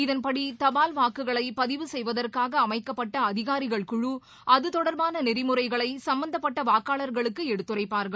இதன்படி தபால்வாக்குகளை பதிவு செய்வதற்காக அமைக்கப்பட்ட அதிகாரிகள் குழு அது தொடர்பாள நெறிமுறைகளை சம்பந்தப்பட்ட வாக்காளர்களுக்கு எடுத்துரைப்பார்கள்